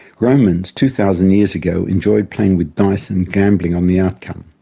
romans two thousand years ago enjoyed playing with dice and gambling on the outcome.